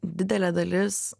didelė dalis